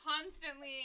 constantly